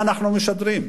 מה אנחנו משדרים?